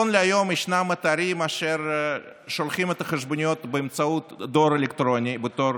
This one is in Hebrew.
כיום יש אתרים אשר שולחים את החשבוניות באמצעות דואר אלקטרוני בתור